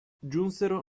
giunsero